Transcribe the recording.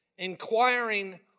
inquiring